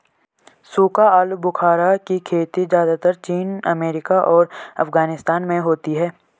सूखा आलूबुखारा की खेती ज़्यादातर चीन अमेरिका और अफगानिस्तान में होती है